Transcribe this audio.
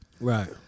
right